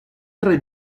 tre